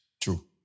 True